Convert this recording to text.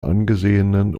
angesehenen